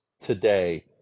today